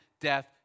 death